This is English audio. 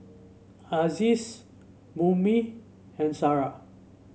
Aziz Murni and Sarah